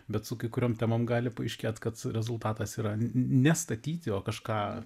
bet su kai kuriom gali paaiškėt kad rezultatas yra nestatyti o kažką